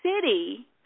city